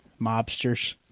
mobsters